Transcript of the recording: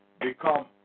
become